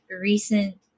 recent